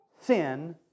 sin